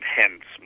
hence